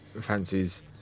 fancies